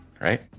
right